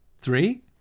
Three